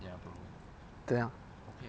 怎样